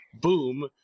boom